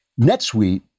NetSuite